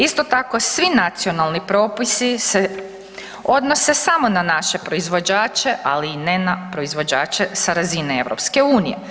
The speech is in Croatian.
Isto tako svi nacionalni propisi se odnose samo na naše proizvođače, ali i ne na proizvođače sa razine EU.